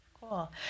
cool